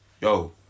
yo